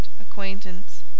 acquaintance